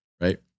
Right